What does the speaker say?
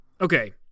okay